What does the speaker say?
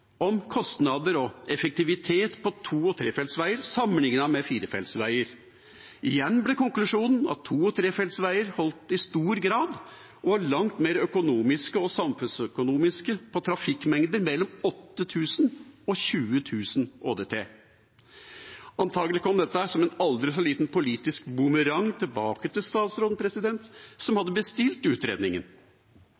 om kostnader og effektivitet på to- og trefelts veier sammenlignet med firefelts veier. Igjen ble konklusjonen at to- og trefelts veier holdt i stor grad og var langt mer økonomiske og samfunnsøkonomiske på trafikkmengder mellom 8 000 og 20 000 ÅDT. Antagelig kom dette som en aldri så liten politisk boomerang tilbake til statsråden, som